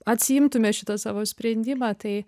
atsiimtume šitą savo sprendimą tai